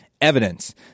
Evidence